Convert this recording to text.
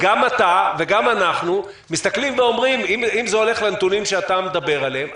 גם אתה וגם אנחנו מסתכלים ואומרים שאם זה הולך לנתונים שאתה מדבר עליהם,